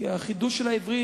כי החידוש של העברית,